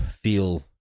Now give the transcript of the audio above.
feel